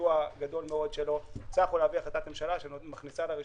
ובסיוע גדול מאוד שלו הצלחנו להעביר החלטת ממשלה שמכניסה לראשונה,